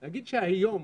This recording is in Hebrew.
להגיד שהיום